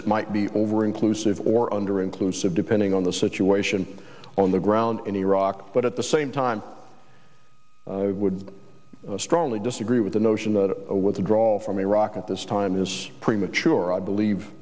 that might be over inclusive or under inclusive depending on the situation on the ground in iraq but at the same time i would strongly disagree with the notion that a withdrawal from iraq at this time is premature i believe